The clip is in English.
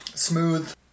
Smooth